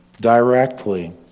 directly